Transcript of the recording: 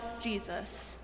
Jesus